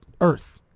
Earth